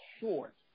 short